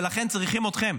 ולכן צריכים אתכם.